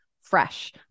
fresh